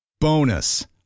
Bonus